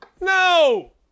No